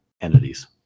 entities